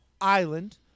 island